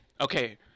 Okay